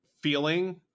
feeling